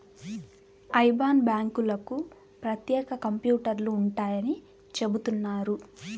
IBAN బ్యాంకులకు ప్రత్యేక కంప్యూటర్లు ఉంటాయని చెబుతున్నారు